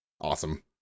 awesome